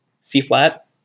c-flat